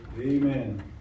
Amen